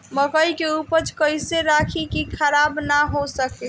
मकई के उपज कइसे रखी की खराब न हो सके?